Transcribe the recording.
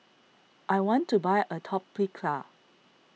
I want to buy Atopiclair